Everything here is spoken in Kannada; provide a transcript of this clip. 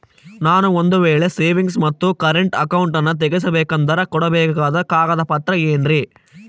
ನಾನು ಒಂದು ವೇಳೆ ಸೇವಿಂಗ್ಸ್ ಮತ್ತ ಕರೆಂಟ್ ಅಕೌಂಟನ್ನ ತೆಗಿಸಬೇಕಂದರ ಕೊಡಬೇಕಾದ ಕಾಗದ ಪತ್ರ ಏನ್ರಿ?